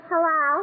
Hello